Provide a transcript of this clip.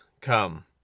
come